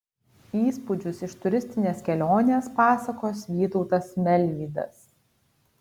įspūdžius iš turistinės kelionės pasakos vytautas melvydas